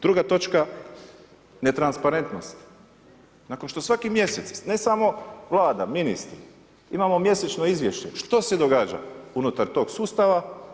Druga točka, netransparentnost, nakon što svaki mjesec, ne samo vlada, ministri, imamo mjesečno izvješće, što se događa unutar tog sustava?